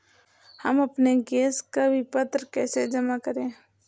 हम अपने गैस का विपत्र कैसे जमा करें?